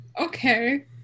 Okay